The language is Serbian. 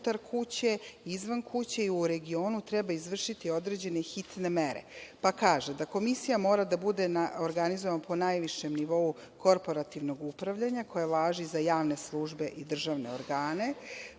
izvan kuće i u regionu treba izvršiti određene hitne mere. Pa kaže, da Komisija mora da bude organizovana po najvišem nivou korporativnog upravljanja koja važi za javne službe i državne organe.